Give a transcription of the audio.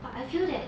but I feel that